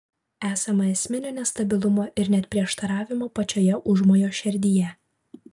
esama esminio nestabilumo ir net prieštaravimo pačioje užmojo šerdyje